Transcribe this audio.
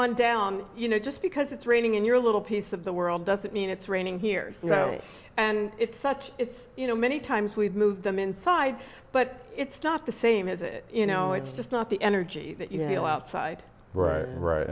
on down you know just because it's raining in your little piece of the world doesn't mean it's raining here you know and it's such it's you know many times we've moved them inside but it's not the same as you know it's just not the energy that you feel outside right right